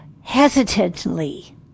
hesitantly